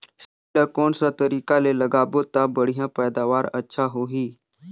सेमी ला कोन सा तरीका ले लगाबो ता बढ़िया पैदावार अच्छा होही?